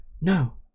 no